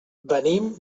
venim